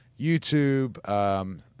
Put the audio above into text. YouTube